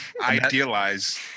idealize